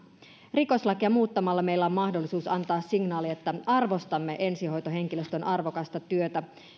rikoslakia muuttamalla meillä on mahdollisuus antaa signaali että me arvostamme ensihoitohenkilöstön arvokasta työtä